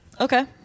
Okay